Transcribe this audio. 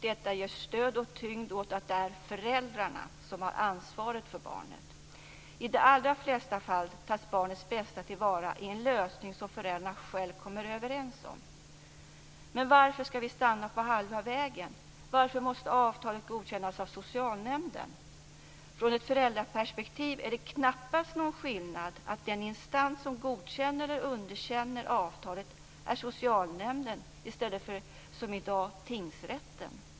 Detta ger stöd och tyngd åt att det är föräldrarna som har ansvaret för barnet. I de allra flesta fall tas barnets bästa till vara i en lösning som föräldrarna själva kommer överens om. Men varför skall vi stanna på halva vägen? Varför måste avtalet godkännas av socialnämnden? Ur ett föräldraperspektiv är det knappast någon skillnad om den instans som godkänner eller underkänner avtalet är socialnämnden i stället för som i dag tingsrätten.